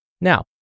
Now